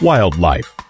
Wildlife